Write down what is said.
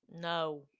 No